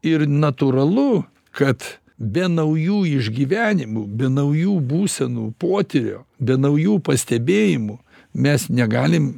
ir natūralu kad be naujų išgyvenimų bei naujų būsenų potyrio be naujų pastebėjimų mes negalim